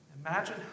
Imagine